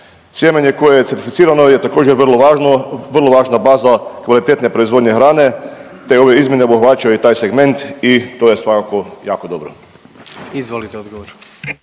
Sjemenje koje je certificirano je također vrlo važno, vrlo važna baza kvalitetne proizvodnje hrane, te ove izmjene obuhvaćaju i taj segment i to je svakako jako dobro.